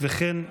בהצלחה לסגנים.